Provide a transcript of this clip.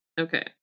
okay